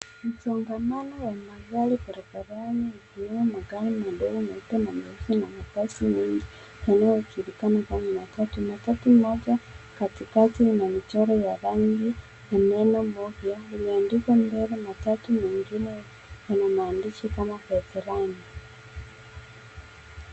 Msongamano wa magari barabarani ukiwemo magari madogo na mabasi mengi yanayojulikana kama matatu. Matatu moja katikati ina michoro ya rangi na neno meja imeandikwa mbele 'matatu' na ingine ina maandishi kama veterani .